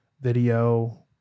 video